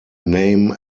name